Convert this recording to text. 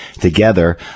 together